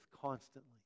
constantly